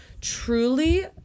truly